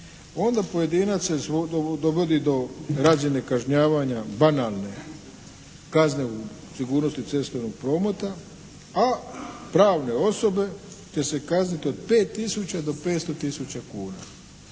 Onda pojedinac se dovodi do razine kažnjavanja banalne kazne u sigurnosti cestovnog prometa a pravne osobe će se kazniti od 5 tisuća do 500 tisuća kuna.